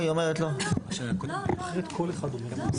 טרם לא צריך.